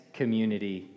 community